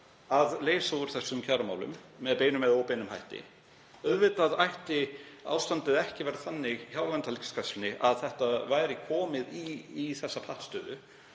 að leysa úr þessum kjaradeilum með beinum eða óbeinum hætti. Auðvitað ætti ástandið ekki að vera þannig hjá Landhelgisgæslunni að þetta væri komið í pattstöðu.